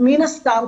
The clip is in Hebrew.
מן הסתם,